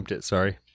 Sorry